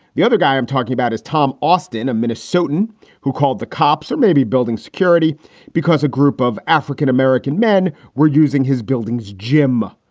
the other guy i'm talking about is tom austin, a minnesotan who called the cops or maybe building security because a group of african-american men were using his buildings, jim.